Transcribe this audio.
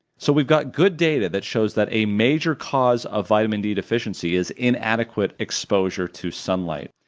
so we've got good data that shows that a major cause of vitamin d deficiency is inadequate exposure to sunlight.